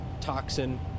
toxin